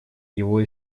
его